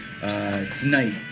Tonight